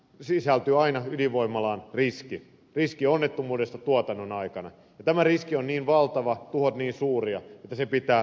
ydinvoimalaan sisältyy aina riski riski onnettomuudesta tuotannon aikana ja tämä riski on niin valtava tuhot niin suuria että se pitää huomioida